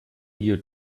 you